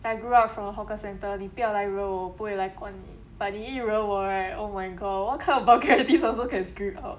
I grew up from a hawker centre 你不要来惹我我不会来管你 but 你一惹我 right oh my god what kind of vulgarities also can scream out